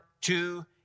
two